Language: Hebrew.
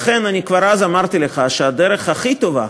לכן, כבר אז אמרתי לך שהדרך הכי טובה